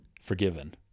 Forgiven